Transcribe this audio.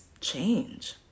change